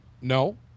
No